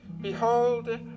behold